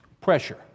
Pressure